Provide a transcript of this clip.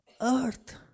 Earth